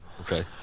Okay